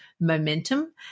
Momentum